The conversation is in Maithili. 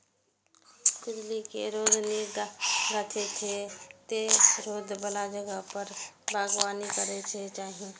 तितली कें रौद नीक लागै छै, तें रौद बला जगह पर बागबानी करैके चाही